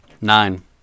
Nine